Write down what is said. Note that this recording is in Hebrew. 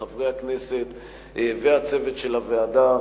חברי הכנסת והצוות של הוועדה,